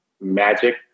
magic